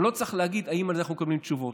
לא צריך להגיד: האם אנחנו מקבלים תשובות,